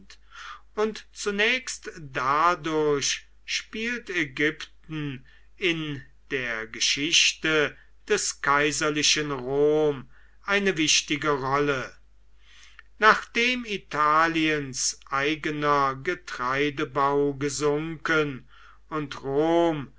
und zunächst dadurch spielt ägypten in der geschichte des kaiserlichen rom eine wichtige rolle nachdem italiens eigener getreidebau gesunken und rom